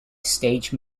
stage